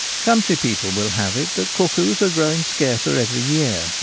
country people will have it that cuckoos are growing scarcer every year,